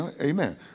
amen